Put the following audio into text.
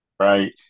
right